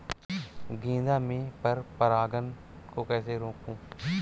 गेंदा में पर परागन को कैसे रोकुं?